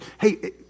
Hey